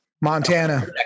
Montana